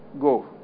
go